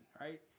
Right